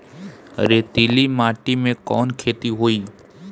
रेतीली माटी में कवन खेती होई?